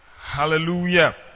Hallelujah